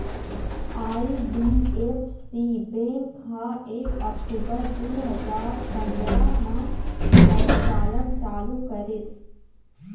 IDFC bank ह एक अक्टूबर दू हजार पंदरा म परिचालन चालू करिस